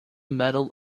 medal